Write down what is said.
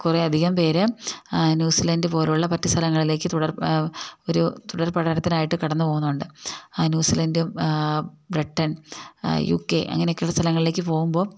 കുറെയധികം പേര് ന്യൂസിലൻഡ് പോലെയുള്ള മറ്റ് സ്ഥലങ്ങളിലേക്ക് ഒരു തുടർപഠനത്തിനായിട്ട് കടന്നുപോകുന്നുണ്ട് ന്യൂസിലൻഡ് ബ്രിട്ടൺ യു കെ അങ്ങനെയൊക്കെയുള്ള സ്ഥലങ്ങളിലേക്ക് പോകുമ്പോള്